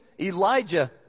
Elijah